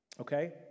okay